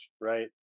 right